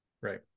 Right